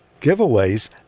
giveaways